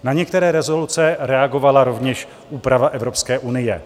Na některé rezoluce reagovala rovněž úprava Evropské unie.